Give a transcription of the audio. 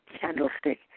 candlestick